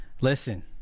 Listen